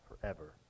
forever